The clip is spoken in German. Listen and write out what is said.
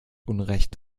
unrecht